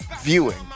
viewing